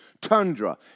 tundra